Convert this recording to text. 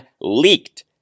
leaked